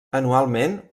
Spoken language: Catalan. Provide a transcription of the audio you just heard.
anualment